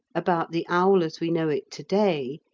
about the owl as we know it to-day,